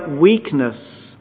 weakness